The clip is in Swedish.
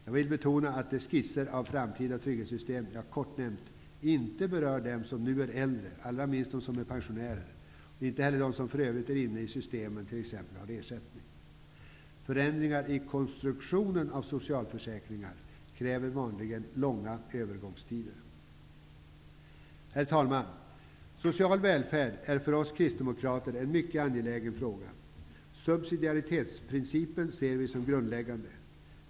Jag vill betona att de skisser av framtida trygg hetssystem som jag kortfattat har nämnt inte be rör dem som nu är äldre, allra minst dem som är pensionärer, inte heller dem som för övrigt är inne i systemet -- som t.ex. har ersättning. Föränd ringar i konstruktionen av socialförsäkringar krä ver vanligen långa övergångstider. Herr talman! Social välfärd är för oss krist demokrater en mycket angelägen fråga. Subsidia ritetsprincipen ser vi som grundläggande.